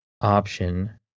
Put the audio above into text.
option